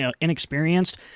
inexperienced